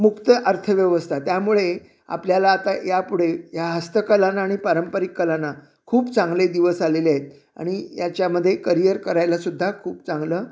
मुक्त अर्थव्यवस्था त्यामुळे आपल्याला आता यापुढे या हस्तकलांना आणि पारंपरिक कलांना खूप चांगले दिवस आलेले आहेत आणि याच्यामध्ये करिअर करायलासुद्धा खूप चांगलं